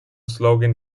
slogan